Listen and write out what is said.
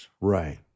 Right